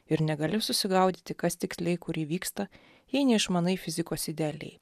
ir negali susigaudyti kas tiksliai kur įvyksta jei neišmanai fizikos idealiai